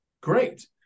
great